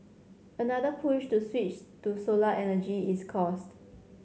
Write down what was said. another push to switch to solar energy is cost